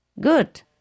good